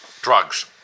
drugs